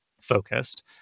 focused